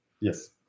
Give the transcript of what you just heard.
Yes